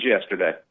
yesterday